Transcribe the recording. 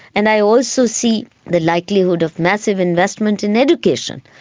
and i also see the likelihood of massive investment in education.